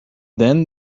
then